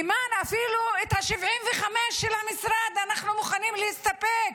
אימאן, אפילו ב-75% של המשרד אנחנו מוכנים להסתפק,